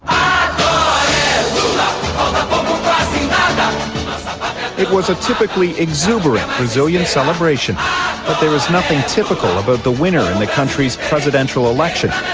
um it was a typically exuberant brazilian celebration, but there is nothing typical about the winner in the country's presidential election.